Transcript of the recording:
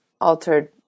altered